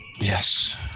Yes